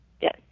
Yes